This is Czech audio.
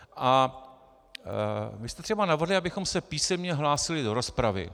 Vy jste třeba navrhli, abychom se písemně hlásili do rozpravy.